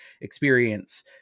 experience